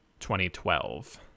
2012